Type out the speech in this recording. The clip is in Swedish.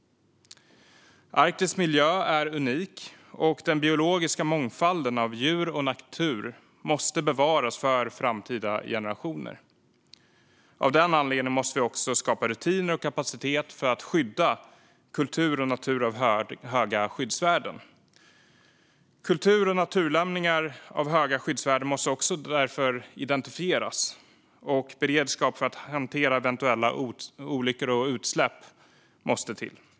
Arktis miljö är unik, och den biologiska mångfalden av djur och natur måste bevaras för framtida generationer. Av den anledningen måste vi också skapa rutiner och kapacitet för att skydda kultur och natur av höga skyddsvärden. Kultur och naturlämningar av höga skyddsvärden måste därför också identifieras, och beredskap för att hantera eventuella olyckor och utsläpp måste till.